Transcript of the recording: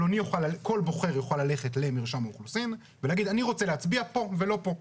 כל בוחר יוכל ללכת למרשם האוכלוסין ולהגיד: אני רוצה להצביע פה ולא פה.